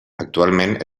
actualment